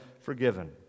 forgiven